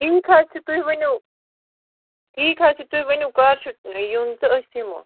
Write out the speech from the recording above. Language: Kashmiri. ٹھیٖک حظ چھِ تُہۍ ؤنِو ٹھیٖک حظ چھِ تُہۍ ؤنِو کَر چھُ یُن تہٕ أسۍ یِمو